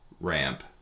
ramp